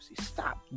Stop